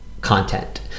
content